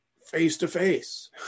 face-to-face